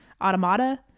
automata